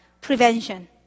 Prevention